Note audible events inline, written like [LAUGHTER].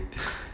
[NOISE]